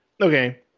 okay